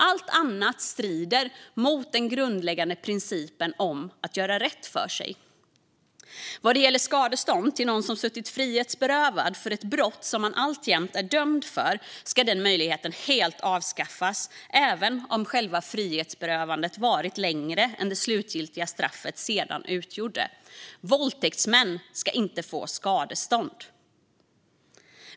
Allt annat strider mot den grundläggande principen om att göra rätt för sig. Vad gäller skadestånd till någon som suttit frihetsberövad för ett brott som man alltjämt är dömd för ska den möjligheten helt avskaffas även om själva frihetsberövandet varit längre än den tid som det slutgiltiga straffet sedan utgör. Våldtäktsmän ska inte få skadestånd.